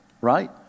right